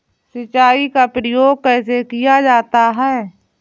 सिंचाई का प्रयोग कैसे किया जाता है?